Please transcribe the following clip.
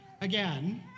Again